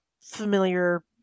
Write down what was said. familiar